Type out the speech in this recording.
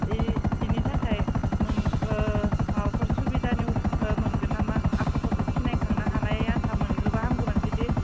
बेनिथाखाय माबाफोर असुबिदानि मोनगोन नामा आखरफोरखौ सिनायखांनो हानाय आन्था मोनग्रोबा हामगौमोन जुदि